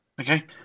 okay